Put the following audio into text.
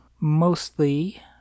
mostly